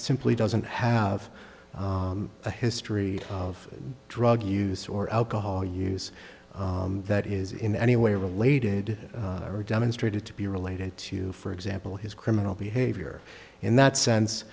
simply doesn't have a history of drug use or alcohol use that is in any way related or demonstrated to be related to for example his criminal behavior in that sense